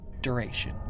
duration